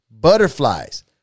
butterflies